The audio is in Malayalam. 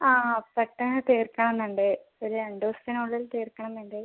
ആ ആ പെട്ടെന്ന് തീർക്കണമെന്ന് ഉണ്ട് ഒര് രണ്ട് ദിവസത്തിന് ഉള്ളിൽ തീർക്കണമെന്ന് ഉണ്ട്